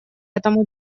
этому